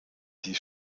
die